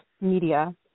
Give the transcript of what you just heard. media